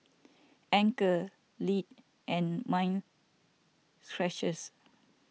Anchor Lindt and Mind Stretchers